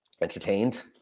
entertained